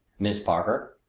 miss parker,